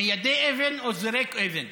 מיידה אבן או זורק אבן?